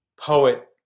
poet